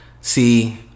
See